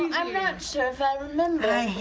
um i'm not sure if i'll remember.